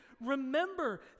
Remember